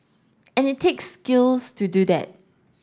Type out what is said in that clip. and it takes skills to do that